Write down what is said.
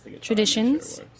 traditions